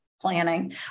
planning